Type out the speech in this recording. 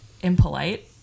impolite